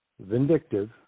vindictive